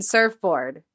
Surfboard